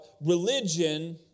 religion